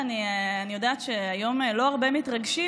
אני יודעת שהיום לא הרבה מתרגשים,